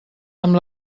amb